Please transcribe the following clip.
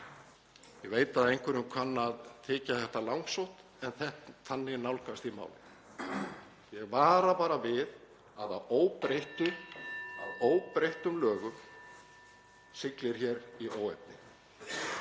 Ég veit að einhverjum kann að þykja þetta langsótt en þannig nálgast ég málið. Ég vara bara við að að óbreyttum lögum siglir hér í óefni.